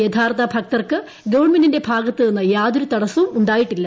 യഥാർഥ ഭക്തർക്ക് ഗവൺമെന്റിന്റെ ഭാഗത്തുനിന്ന് യാതൊരു തടസവും ഉണ്ടായിട്ടില്ല